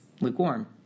lukewarm